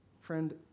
friend